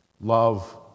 love